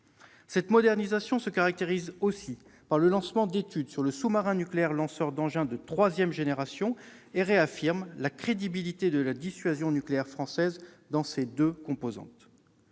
Cette modernisation se caractérise aussi par le lancement d'études sur le sous-marin nucléaire lanceur d'engins de troisième génération, et réaffirme la crédibilité de la dissuasion nucléaire française dans ses deux composantes.